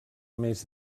més